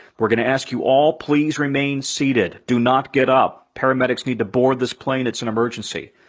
we're gonna ask you all, please remain seated. do not get up. paramedics need to board this plane. it's an emergency.